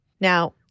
Now